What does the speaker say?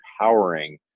empowering